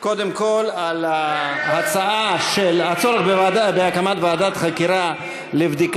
קודם כול על ההצעה של הצורך בהקמת ועדת חקירה בנושא